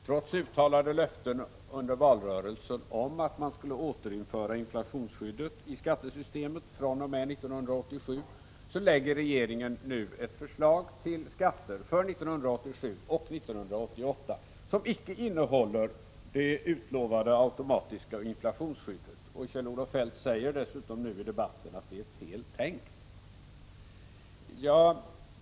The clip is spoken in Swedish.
Trots uttalade löften under valrörelsen om att man skulle återinföra inflationsskyddet i skattesystemet fr.o.m. 1987 lägger regeringen nu fram ett förslag till skatter för 1987 och 1988 som icke innehåller det utlovade automatiska inflationsskyddet. Kjell-Olof Feldt säger nu dessutom i debatten att det är fel tänkt.